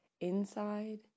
inside